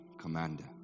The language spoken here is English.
commander